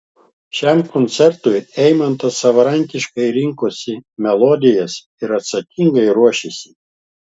šiam koncertui eimantas savarankiškai rinkosi melodijas ir atsakingai ruošėsi